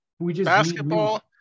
Basketball